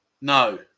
no